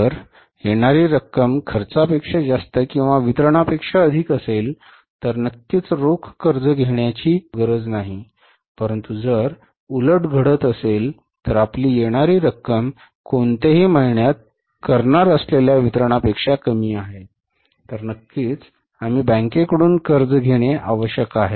जर येणारी रक्कम खर्चापेक्षा जास्त किंवा वितरणापेक्षा अधिक असेल तर नक्कीच रोख कर्ज घेण्याची गरज नाही परंतु जर उलट घडत असेल तर आपली येणारी रक्कम कोणत्याही महिन्यात करणार असलेल्या वितरणापेक्षा कमी आहेत तर नक्कीच आम्ही बँकेकडून कर्ज घेणे आवश्यक आहे